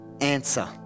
answer